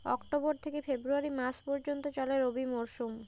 October থেকে ফেব্রুয়ারি মাস পর্যন্ত চলে রবি মরসুম